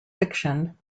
fiction